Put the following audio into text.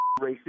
racist